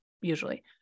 usually